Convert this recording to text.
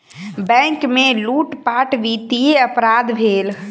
bank में लूटपाट वित्तीय अपराध भेल